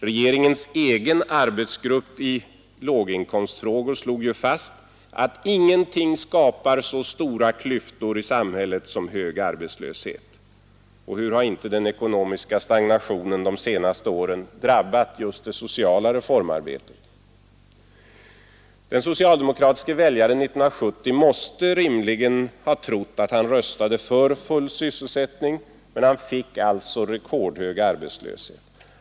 Regeringens egen arbetsgrupp i låginkomstfrågor slog fast att ingenting skapar så stora klyftor i samhället som hög arbetslöshet. Och hur har inte den ekonomiska stagnationen de senaste åren drabbat just det sociala reformarbetet! Den socialdemokratiske väljaren 1970 måste rimligen ha trott att han röstade för full sysselsättning, men han fick all så rekordhög arbetslöshet.